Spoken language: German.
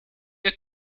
der